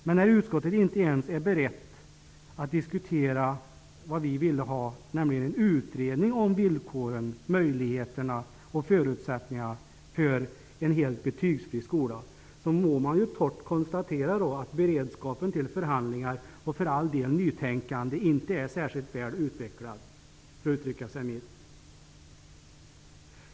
Men när man i utskottet inte ens är beredd att diskutera den utredning som vi föreslagit om villkoren, möjligheterna och förutsättningarna för en helt betygsfri skola, må man bara konstatera att beredskapen till förhandlingar och, för all del, nytänkande inte är särskilt väl utvecklad -- för att uttrycka det milt.